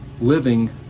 living